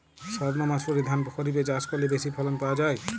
সর্ণমাসুরি ধান খরিপে চাষ করলে বেশি ফলন পাওয়া যায়?